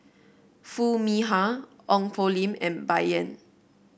Foo Mee Har Ong Poh Lim and Bai Yan